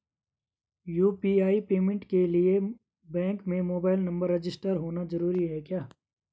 UPI payment के लिए bank में मोबाइल नंबर रजिस्टर्ड होना जरूरी है क्या?